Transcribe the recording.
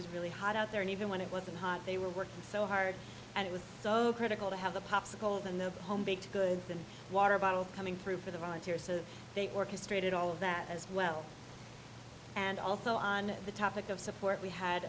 was really hot out there and even when it wasn't hot they were working so hard and it was so critical to have the popsicles and the home baked goods and water bottle coming through for the volunteers so they orchestrated all of that as well and also on the topic of support we had